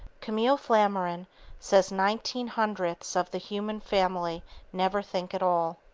camille flammarion says nineteen-hundredths of the human family never think at all.